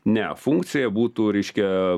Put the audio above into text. ne funkcija būtų reiškia